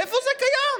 איפה זה קיים?